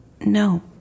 No